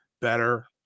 better